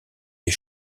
des